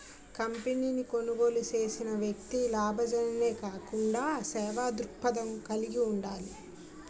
కంపెనీని కొనుగోలు చేసిన వ్యక్తి లాభాజనే కాకుండా సేవా దృక్పథం కలిగి ఉండాలి